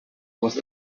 was